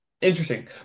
interesting